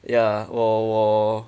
ya 我我